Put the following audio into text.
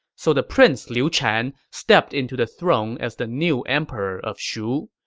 so the prince liu chan stepped into the throne as the new emperor of shu.